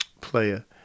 player